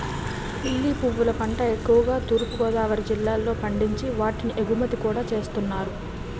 lily పువ్వుల పంట ఎక్కువుగా తూర్పు గోదావరి జిల్లాలో పండించి వాటిని ఎగుమతి కూడా చేస్తున్నారు